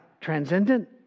transcendent